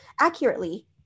accurately